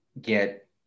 get